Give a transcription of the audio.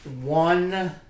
one